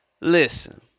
Listen